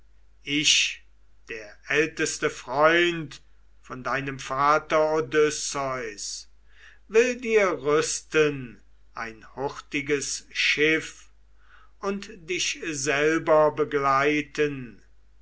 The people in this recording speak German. ich der älteste freund von deinem vater odysseus will dir rüsten ein hurtiges schiff und dich selber begleiten